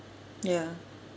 ya